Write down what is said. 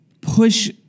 push